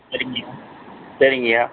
சரிங்கய்யா சரிங்கய்யா